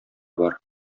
бар